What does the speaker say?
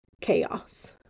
chaos